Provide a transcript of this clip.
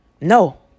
No